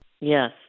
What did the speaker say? Yes